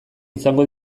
izango